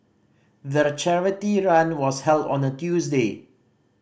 the charity run was held on a Tuesday